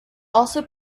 also